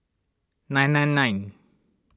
nine nine nine